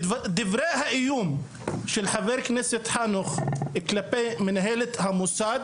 ודברי האיום של חבר כנסת חנוך כלפי מנהלת המוסד